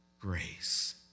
grace